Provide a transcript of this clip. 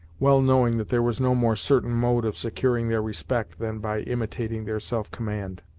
well knowing that there was no more certain mode of securing their respect than by imitating their self-command.